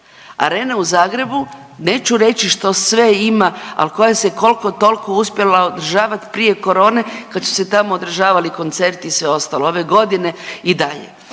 Arena u Zagrebu neću reći što sve ima, al koja se kolko tolko uspjela održavat prije korone kad su se tamo održavali koncerti i sve ostalo, ove godine i dalje